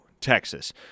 Texas